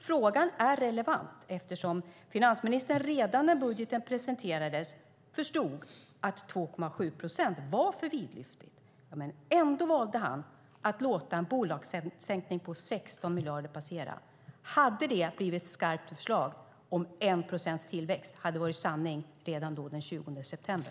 Frågan är relevant eftersom finansministern redan när budgeten presenterades förstod att 2,7 procent var för vidlyftigt. Ändå valde han att låta en bolagsskattesänkning med 16 miljarder passera. Hade det blivit ett skarpt förslag om 1 procents tillväxt hade varit sanning redan den 20 september?